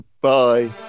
bye